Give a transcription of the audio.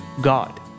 God